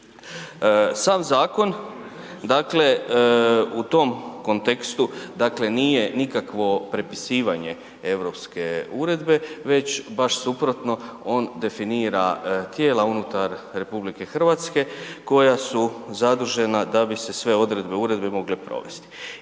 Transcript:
Sam zakona dakle, u tom kontekstu, dakle nije nikakvo prepisivanje europske uredbe, već baš suprotno, on definira tijela unutar RH koja su zadužena da bi se sve odredbe uredbe mogle provesti.